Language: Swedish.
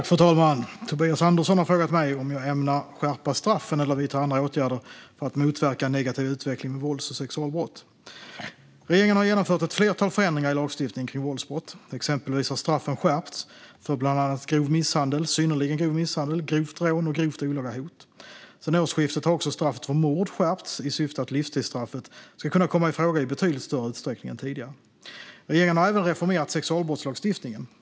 Fru talman! Tobias Andersson har frågat mig om jag ämnar skärpa straffen eller vidta andra åtgärder för att motverka en negativ utveckling med vålds och sexualbrott. Regeringen har genomfört ett flertal förändringar i lagstiftningen kring våldsbrott. Exempelvis har straffen skärpts för bland annat grov misshandel, synnerligen grov misshandel, grovt rån och grovt olaga hot. Sedan årsskiftet har också straffet för mord skärpts i syfte att livstidsstraffet ska kunna komma i fråga i betydligt större utsträckning än tidigare. Regeringen har även reformerat sexualbrottslagstiftningen.